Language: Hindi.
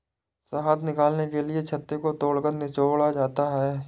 शहद निकालने के लिए छत्ते को तोड़कर निचोड़ा जाता है